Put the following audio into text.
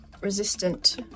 resistant